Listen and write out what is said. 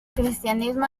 cristianismo